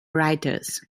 writers